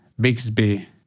Bixby